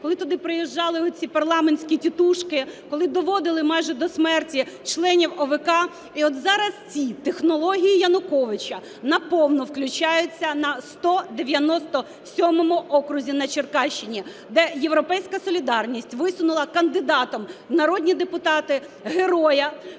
коли туди приїжджали оці парламентські тітушки, коли доводили майже до смерті членів ОВК. І от зараз ці технології Януковича на повну включаються на 197 окрузі на Черкащині, де "Європейська солідарність" висунула кандидатом у народні депутати героя